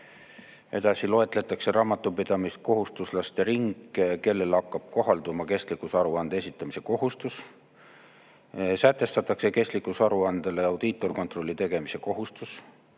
Edasi loetletakse raamatupidamiskohustuslaste ring, kellele hakkab kohalduma kestlikkusaruande esitamise kohustus. Sätestatakse kestlikkusaruandele audiitorkontrolli tegemise kohustus,